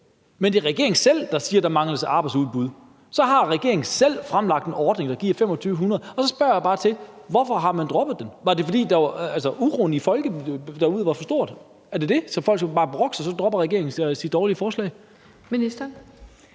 Men det er regeringen selv, der siger, at der mangler arbejdsudbud, og så har regeringen selv fremlagt en ordning, der giver 2.500. Så spørger jeg bare: Hvorfor har man droppet den? Var det, fordi uroen hos folk derude var for stor? Folk skal bare brokke sig, så dropper regeringen sit dårlige forslag.